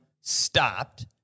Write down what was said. stopped